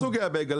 כל סוגי הבייגלה,